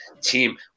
team